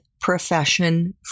profession